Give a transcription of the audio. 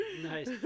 Nice